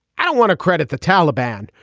i don't want to credit the taliban.